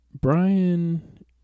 Brian